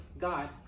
God